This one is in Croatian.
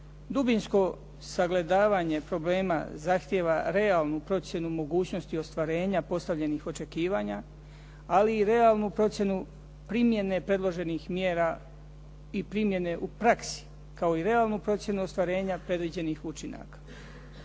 Dubinsko sagledavanje problema zahtijeva realnu procjenu mogućnosti ostvarenja postavljenih očekivanja, ali i realnu procjenu primjene predloženih mjera i primjene u praksi, kao i realnu procjenu ostvarenja predviđenih učinaka.